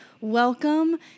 Welcome